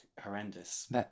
horrendous